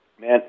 Man